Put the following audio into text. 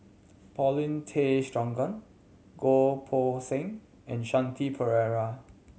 Paulin Tay Straughan Goh Poh Seng and Shanti Pereira